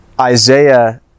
Isaiah